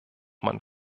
man